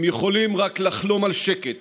הם יכולים רק לחלום על שקט